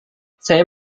saya